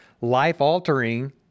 life-altering